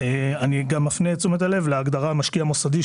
אני מפנה את תשומת הלב גם להגדרה משקיע מוסדי,